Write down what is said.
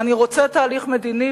אני רוצה תהליך מדיני,